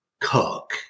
cook